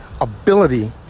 ability